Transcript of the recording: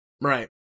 Right